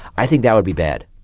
i think that would be bad.